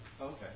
Okay